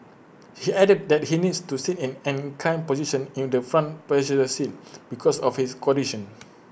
he added that he needs to sit in an inclined position in the front passenger seat because of his condition